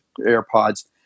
AirPods